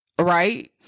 Right